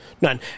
None